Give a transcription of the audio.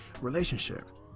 relationship